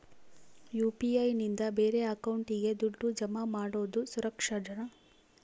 UPI ನಿಂದ ಬೇರೆ ಅಕೌಂಟಿಗೆ ದುಡ್ಡು ಜಮಾ ಮಾಡೋದು ಸುರಕ್ಷಾನಾ?